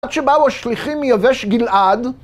עד שבאו השליחים מייבש גלעד